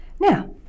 now